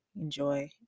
enjoy